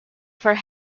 for